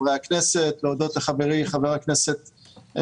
חברי הכנסת,